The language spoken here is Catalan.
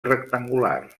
rectangular